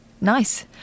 Nice